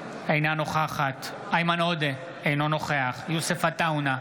אינה נוכחת איימן עודה, אינו נוכח יוסף עטאונה,